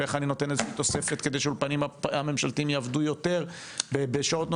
ואיך אני נותן תוספת כדי שהאולפנים הממשלתיים יעבדו יותר שעות נוספות,